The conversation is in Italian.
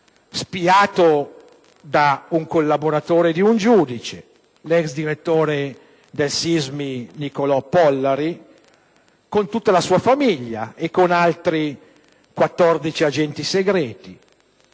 spiato da un collaboratore di un giudice? Mi riferisco all'ex direttore del SISMI Nicolò Pollari, con tutta la sua famiglia e con altri 14 agenti segreti.